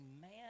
man